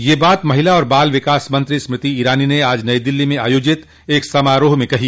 यह बात महिला और बाल विकास मंत्री स्मृति ईरानी ने आज नई दिल्ली में आयोजित एक समारोह में कही